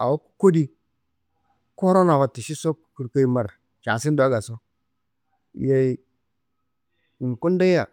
Yowo awo awo kudi, kurona wate šiso kudi mbada casin do ngaso. Yeyi kundoyia